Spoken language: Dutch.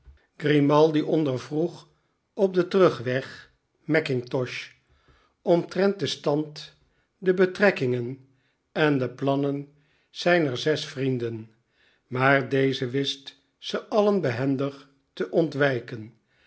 grimaldi ondervroeg op den terugweg mackintosh omtrent den stand de betrekkingen en de plannen zijner zes vrienden maar deze wist ze alien behendig te ontwijken